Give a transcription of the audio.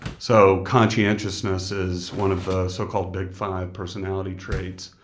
so conscientiousness is one of the so-called big five personality traits,